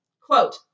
Quote